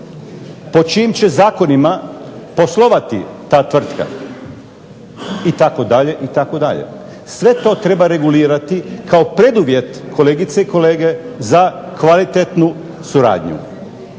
Po čijim će zakonima poslovati ta tvrtka? Itd. Sve to treba regulirati kao preduvjet kolegice i kolege za kvalitetnu